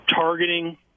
targeting